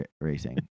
racing